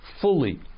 fully